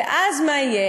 ואז מה יהיה?